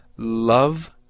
love